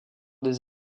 des